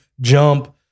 jump